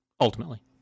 ultimately